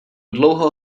dlouho